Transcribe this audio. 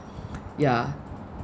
yeah